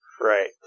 Right